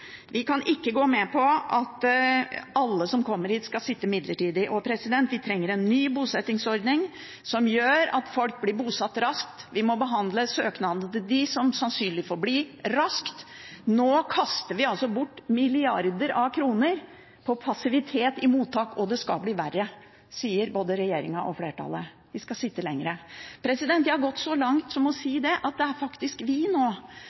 Vi kan ikke gå med på at alle som kommer hit, skal sitte midlertidig. Vi trenger en ny bosettingsordning som gjør at folk blir bosatt raskt. Man må behandle søknadene til dem som sannsynligvis får bli, raskt. Nå kaster vi bort milliarder av kroner på passivitet i mottak, og det skal bli verre, sier både regjeringen og flertallet – man skal sitte lenger. Jeg har gått så langt som til å si at det faktisk er vi som nå